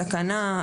סכנה,